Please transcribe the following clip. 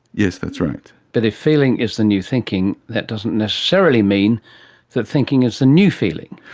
yes, that's right. but if feeling is the new thinking, that doesn't necessarily mean that thinking is the new feeling.